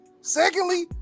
secondly